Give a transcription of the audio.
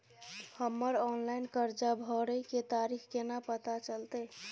हमर ऑनलाइन कर्जा भरै के तारीख केना पता चलते?